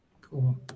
Cool